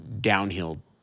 downhill